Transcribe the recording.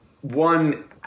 one